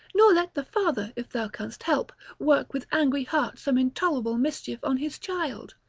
nor let the father, if thou canst help, work with angry heart some intolerable mischief on his child.